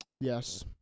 yes